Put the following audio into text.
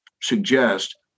suggest